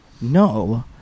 No